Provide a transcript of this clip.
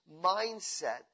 mindset